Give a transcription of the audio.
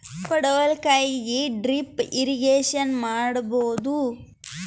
ಪಡವಲಕಾಯಿಗೆ drip irrigation ಮಾಡಬೋದ?